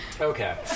Okay